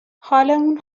حالمون